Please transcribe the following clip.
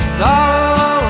sorrow